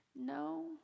no